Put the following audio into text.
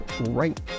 right